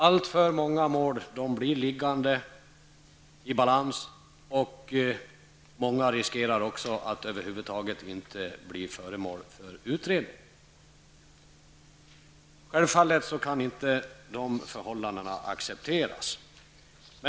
Alltför många mål blir liggande och riskerar att över huvud taget inte bli föremål för utredning. Självfallet kan inte dessa förhållanden accepteras.